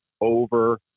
over